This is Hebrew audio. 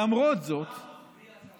למרות זאת, מה אחוז הגבייה שם?